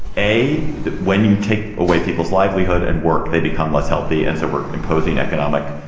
a, that when you take away people's livelihood and work, they become less healthy. and so we're imposing economic